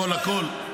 הכול הכול,